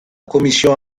commission